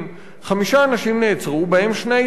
חמישה אנשים נעצרו, בהם שני עיתונאים.